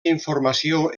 informació